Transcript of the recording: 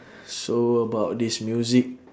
so about this music